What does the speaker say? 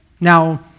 Now